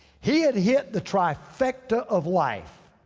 he had hit the trifecta of life.